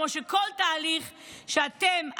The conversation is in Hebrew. כמו כל תהליך שאתם,